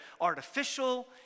artificial